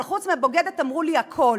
אבל חוץ מבוגדת אמרו לי הכול.